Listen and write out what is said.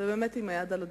והיא באמת עם היד על הדופק.